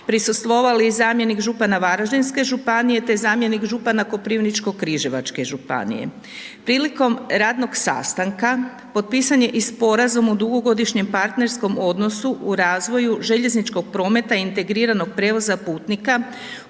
prisustvovali i zamjenik župana Varaždinske županije te zamjenik župana Koprivničko-križevačke županije. Prilikom radnog sastanka, potpisan je i sporazum o dugogodišnjem partnerskom odnosu u razvoju željezničkog prometa i integriranog prijevoza putnika